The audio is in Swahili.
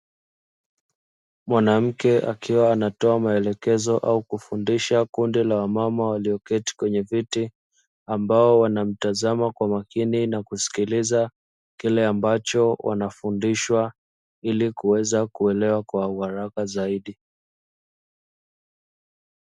Mwanamke akiwa anatoa maelekezo au kufundisha kundi la wamama walioketi kwenye viti ambao wanamtazama kwa makini na kusikiliza kile ambacho wanafundishwa ili kuweza kuelewa kwa haraka zaidi.